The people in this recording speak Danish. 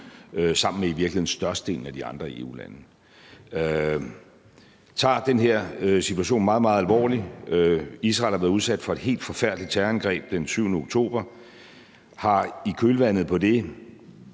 sammen med størstedelen af de andre EU-lande. Vi tager den her situation meget, meget alvorligt. Israel er blevet udsat for et helt forfærdeligt terrorangreb den 7. oktober og har i kølvandet på det,